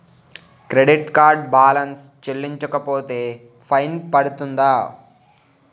Credit card balance చెల్లించకపోతే fine పడ్తుంద?